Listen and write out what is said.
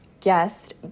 Guest